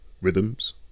Rhythms